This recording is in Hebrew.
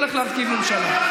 הולך להרכיב ממשלה?